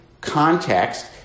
context